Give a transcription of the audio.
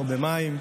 לא במים,